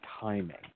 timing